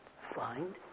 find